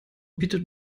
bietet